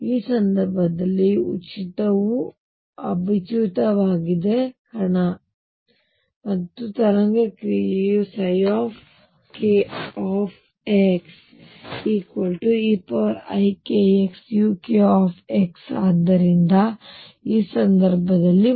ಆ ಸಂದರ್ಭದಲ್ಲಿ ಕಣವು ಉಚಿತವಾಗಿದೆ ಮತ್ತು ತರಂಗ ಕ್ರಿಯೆkxeikxuk ಆದ್ದರಿಂದ ಆ ಸಂದರ್ಭದಲ್ಲಿ 1